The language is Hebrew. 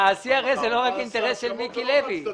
ה-CRS זה לא רק אינטרס של מיקי לוי.